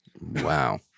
Wow